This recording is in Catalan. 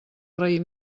raïm